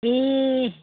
ए